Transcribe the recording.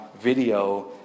video